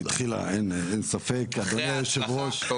בהצלחה.